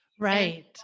Right